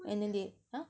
and then they !huh!